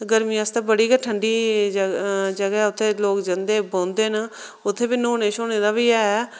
गर्मियें आस्तै बड़ी गै ठंडी जगह ऐ उत्थै लोग जंदे बौहंदे न उत्थै बी न्हौने श्हौने दा बी ऐ